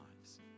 lives